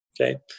Okay